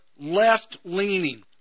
left-leaning